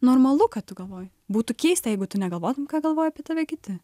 normalu kad tu galvoji būtų keista jeigu tu negalvotum ką galvoja apie tave kiti